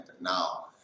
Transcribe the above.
now